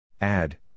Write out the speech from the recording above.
Add